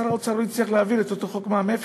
שר האוצר לא הצליח להעביר את אותו חוק מע"מ אפס.